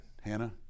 Hannah